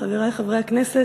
חברי חברי הכנסת,